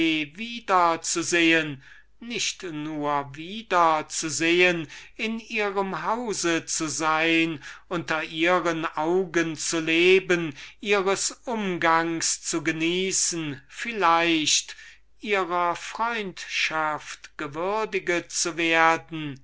wieder zu sehen nicht nur wieder zu sehen in ihrem hause zu sein unter ihren augen zu leben ihres umgangs zu genießen vielleicht ihrer freundschaft gewürdiget zu werden hier